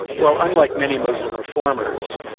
well unlike many muslim reformers,